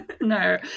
no